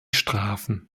strafen